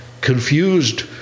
confused